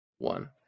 One